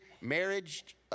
marriage